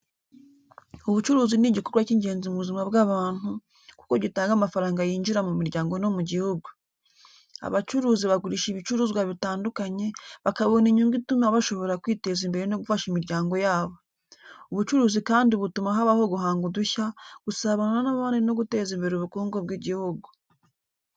Ubucuruzi ni igikorwa cy’ingenzi mu buzima bw’abantu, kuko gitanga amafaranga yinjira mu miryango no mu gihugu. Abacuruzi bagurisha ibicuruzwa bitandukanye, bakabona inyungu ituma bashobora kwiteza imbere no gufasha imiryango yabo. Ubucuruzi kandi butuma habaho guhanga udushya, gusabana n’abandi no guteza imbere ubukungu bw’igihugu.